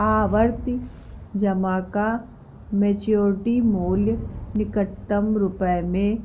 आवर्ती जमा का मैच्योरिटी मूल्य निकटतम रुपये में